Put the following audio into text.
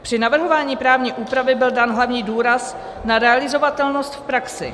Při navrhování právní úpravy byl dán hlavní důraz na realizovatelnost v praxi.